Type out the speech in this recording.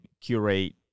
curate